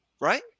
right